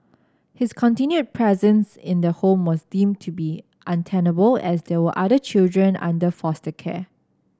his continued presence in the home was deemed to be untenable as there were other children under foster care